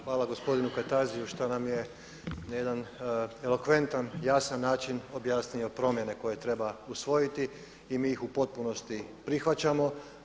Hvala gospodinu Kajtaziju što nam je na jedan elokventan, jasan način objasnio promjene koje treba usvojiti i mi ih u potpunosti prihvaćamo.